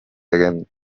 again